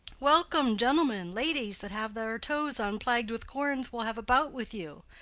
welcome, gentlemen! ladies that have their toes unplagu'd with corns will have a bout with you.